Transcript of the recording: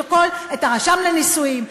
את הרשם לנישואין,